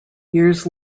years